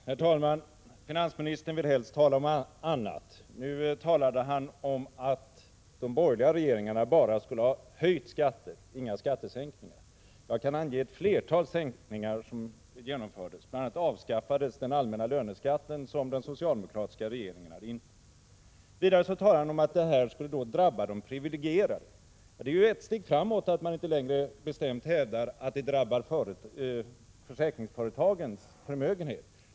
Herr talman! Finansministern vill helst tala om annat. Nu talade han om att de borgerliga regeringarna bara skulle ha höjt skatter, att det inte blev några skattesänkningar. Jag kan ange ett flertal sänkningar som genomfördes — bl.a. avskaffades den allmänna löneskatten som den socialdemokratiska regeringen hade infört. Vidare talade finansministern om att den nu aktuella skatten skulle drabba de privilegierade. Ja, det är ju ett steg framåt — att man inte längre bestämt hävdar att den drabbar försäkringsföretagens förmögenhet.